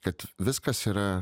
kad viskas yra